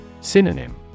Synonym